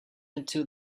into